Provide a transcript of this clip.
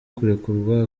kurekurwa